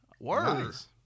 Words